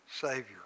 Savior